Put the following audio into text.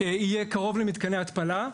יהיה קרוב למתקני התפלה,